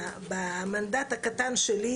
במנדט הקטן שלי,